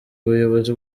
ubuyobozi